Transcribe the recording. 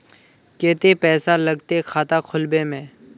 केते पैसा लगते खाता खुलबे में?